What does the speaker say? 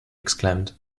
exclaimed